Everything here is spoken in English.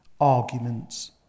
arguments